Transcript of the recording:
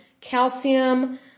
calcium